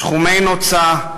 שחומי נוצה,